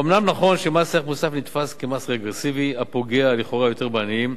אומנם נכון שמס ערך מוסף נתפס כמס רגרסיבי הפוגע לכאורה יותר בעניים,